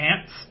ants